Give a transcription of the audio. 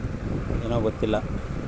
Suffolk ತಳಿ ಸ್ನೇಹಪರ ಕುರಿ ತಳಿ ಆಗೆತೆ